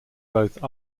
both